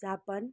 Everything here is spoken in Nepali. जापान